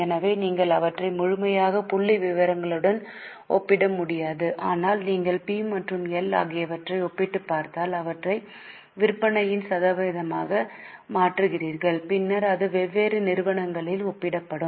எனவே நீங்கள் அவற்றை முழுமையான புள்ளிவிவரங்களுடன் ஒப்பிட முடியாது ஆனால் நீங்கள் பி மற்றும் எல் ஆகியவற்றை ஒப்பிட்டுப் பார்த்தால் அவற்றை விற்பனையின் சதவீதமாக மாற்றுகிறீர்கள் பின்னர் அது வெவ்வேறு நிறுவனங்களில் ஒப்பிடப்படும்